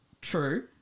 True